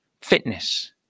Fitness